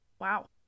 Wow